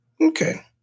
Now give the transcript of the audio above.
Okay